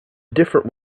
different